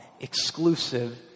exclusive